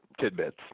tidbits